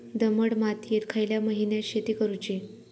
दमट मातयेत खयल्या महिन्यात शेती करुची?